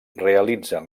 realitzen